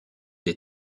des